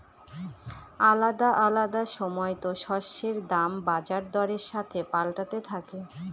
আলাদা আলাদা সময়তো শস্যের দাম বাজার দরের সাথে পাল্টাতে থাকে